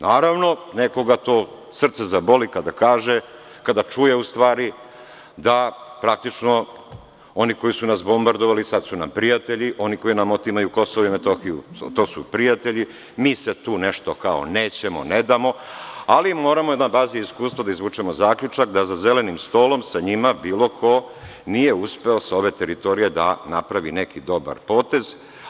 Naravno, nekoga to srce zaboli kada čuje da praktično oni koji su nas bombardovali sada su nam prijatelji, oni koji nam otimaju KiM to su prijatelji, mi sada tu nešto kao nećemo, ne damo, ali moramo na bazi iskustva da izvučemo zaključak da za zelenim stolom sa njima bilo ko nije uspeo sa ove teritorije da napravi neki dobar potez.